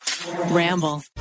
Ramble